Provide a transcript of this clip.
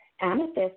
Amethyst